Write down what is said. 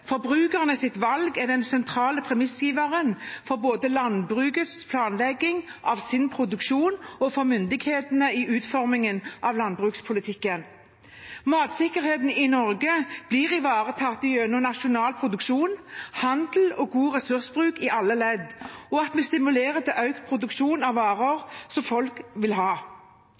valg er den sentrale premissgiveren for både landbrukets planlegging av sin produksjon og for myndighetene i utformingen av landbrukspolitikken. Matsikkerheten i Norge blir ivaretatt gjennom nasjonal produksjon, handel og god ressursbruk i alle ledd, og gjennom at vi stimulerer til økt produksjon av varer som folk vil ha.